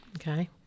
Okay